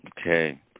Okay